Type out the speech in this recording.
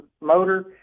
motor